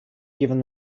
given